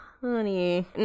honey